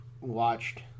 watched